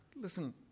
listen